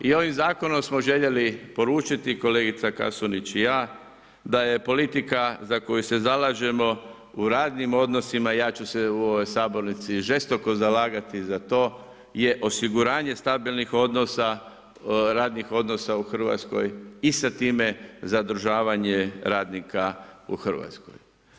I ovim zakonom smo željeli poručiti, kolegica Kasunić i ja da je politika za koju se zalažemo u radnim odnosima i ja ću se u ovoj sabornici žestoko zalagati za to je osiguranje stabilnih odnosa, radnih odnosa u Hrvatskoj i sa time zadržavanje radnika u Hrvatskoj.